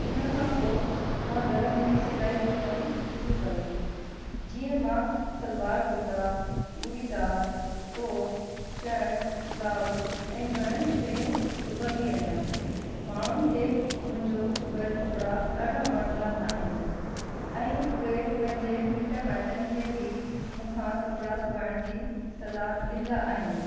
उन खां पोइ मां घर में ई सिलाई जो कमु शुरू कयो जीअं मां salwar kurta churidar top shirt blouse ऐं घणे ई शयूं सुबंदी आहियां माण्हुनि खे मुंहिंजो सुबियलु कपिड़ा ॾाढा वणंदा आहिनि ऐं उहे पंहिंजे मिट माइटनि खे बि मूंखां कपिड़ा सुबाइण जी सलाह ॾींदा आहिनि